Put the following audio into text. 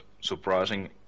surprising